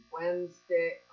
Wednesday